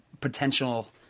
potential